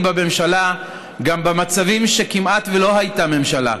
בממשלה גם במצבים שכמעט שלא הייתה ממשלה,